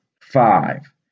five